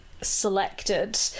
selected